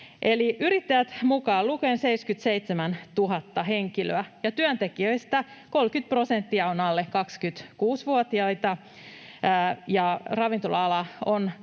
yrittäjät mukaan lukien 77 000 henkilöä, työntekijöistä 30 prosenttia on alle 26-vuotiaita, ravintola-alaa